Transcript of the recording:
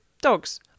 dogs